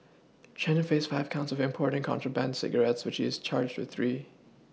Chen faced five counts of importing contraband cigarettes which he was charged with three